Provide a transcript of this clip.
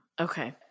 Okay